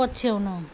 पछ्याउनु